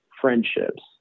friendships